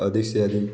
अधिक से अधिक